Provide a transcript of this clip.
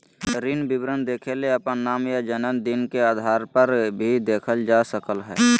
ऋण विवरण देखेले अपन नाम या जनम दिन के आधारपर भी देखल जा सकलय हें